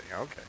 okay